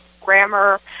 grammar